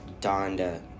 Donda